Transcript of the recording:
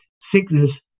sickness